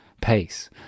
pace